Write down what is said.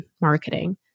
marketing